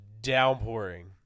downpouring